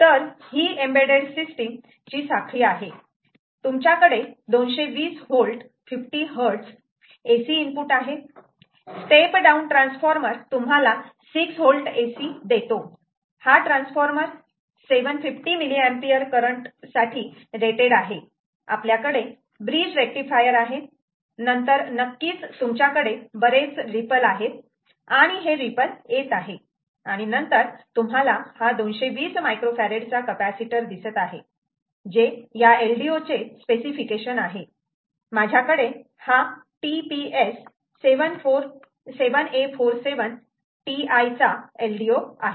तर हि embedded system ची साखळी आहे तुमच्याकडे 220V 50 Hz AC इनपुट आहे स्टेप डाउन ट्रान्सफॉर्मर तुम्हाला 6V AC देतो हा ट्रान्सफॉर्मर 750 mA करंट साठी रेटेड आहे आपल्याकडे ब्रिज रेक्टिफायर आहे नंतर नक्कीच तुमच्याकडे बरेच रिपल आहेत आणि हे रिपल येत आहे आणि नंतर तुम्हाला हा 220 मायक्रोफॅरेड चा कपॅसिटर दिसत आहे जे या LDO चे स्पेसिफिकेशन आहे माझ्याकडे हा TPS7A47 आहे हा TPS7A47 TI चा LDO आहे